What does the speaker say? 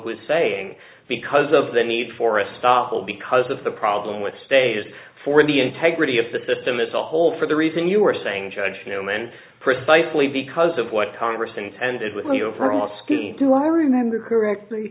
was saying because of the need for a stoffel because of the problem with status for the integrity of the system as a whole for the reason you are saying judge newman precisely because of what congress intended within the overall scheme do i remember correctly